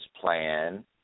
plan